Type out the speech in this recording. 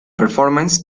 performance